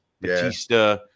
Batista